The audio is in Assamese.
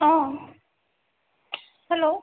অঁ হেল্ল'